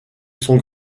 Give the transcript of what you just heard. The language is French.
son